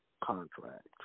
contract